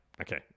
Okay